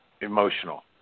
emotional